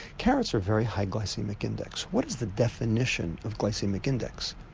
carrots are very high glycaemic index, what is the definition of glycaemic index?